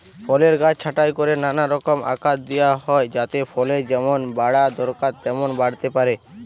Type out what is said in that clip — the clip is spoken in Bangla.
ফলের গাছ ছাঁটাই কোরে নানা রকম আকার দিয়া হয় যাতে ফলের যেমন বাড়া দরকার তেমন বাড়তে পারে